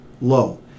low